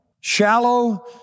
shallow